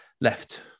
left